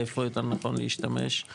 איפה יותר נכון להשתמש,